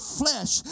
flesh